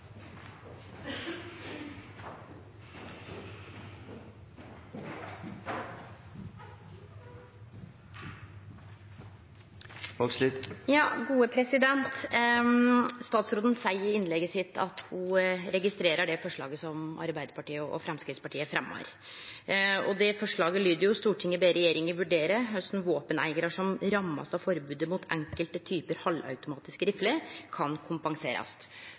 Statsråden seier i innlegget sitt at ho registrerer det forslaget som Arbeidarpartiet og Framstegspartiet fremjar. Det forslaget lyder: «Stortinget ber regjeringen vurdere hvordan våpeneiere som rammes av forbudet mot enkelte typer halvautomatiske rifler, kan kompenseres.»